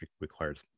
requires